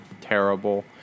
terrible